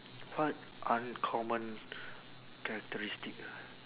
what uncommon characteristic ah